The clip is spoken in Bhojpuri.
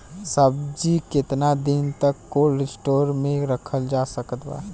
सब्जी केतना दिन तक कोल्ड स्टोर मे रखल जा सकत बा?